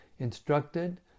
instructed